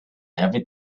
every